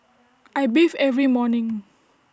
I bathe every morning